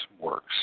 Works